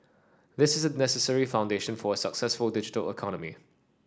this is the necessary foundation for a successful digital economy